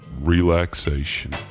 relaxation